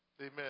amen